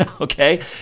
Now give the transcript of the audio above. Okay